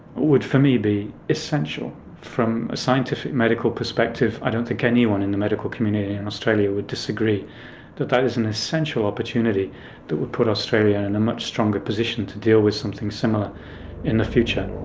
would for me be essential. from a scientific medical perspective i don't think anyone in the medical community in australia would disagree that that is an essential opportunity that would put australia in a much stronger position to deal with something similar in the future.